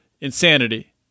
insanity